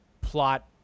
plot